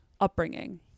upbringing